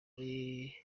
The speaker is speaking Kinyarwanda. muri